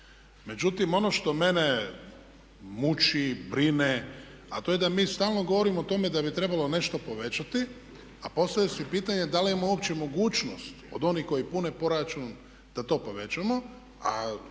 Međutim ono što mene muči, brine a to je da mi stalno govorimo o tome da bi trebalo nešto povećati a postavlja se pitanje da li imamo uopće mogućnost od onih koji pune proračun da to povećamo a